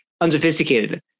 unsophisticated